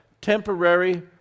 temporary